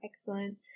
excellent